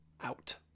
out